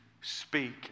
speak